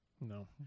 No